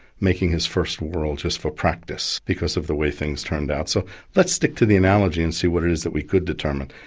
making his first world just for practice because of the way things turned out. so let's stick to the analogy and see what it is that we could determine.